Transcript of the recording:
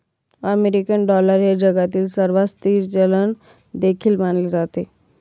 American dollar हे जगातील सर्वात स्थिर चलन देखील मानले जाते